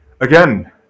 again